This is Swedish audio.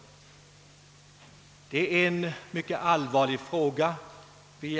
Vi har här att göra med ett ytterst allvarligt problem.